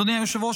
אדוני היושב-ראש,